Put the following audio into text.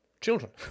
children